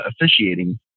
officiating